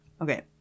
okay